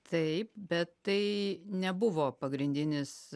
taip bet tai nebuvo pagrindinis